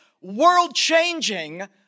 world-changing